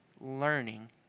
learning